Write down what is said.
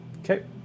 Okay